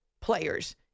players